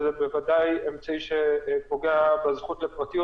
וזה בוודאי אמצעי שפוגע בזכות לפרטיות